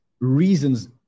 reasons